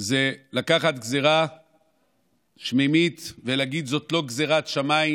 זה לקחת גזרה שמיימית ולהגיד שזאת לא גזרת שמיים,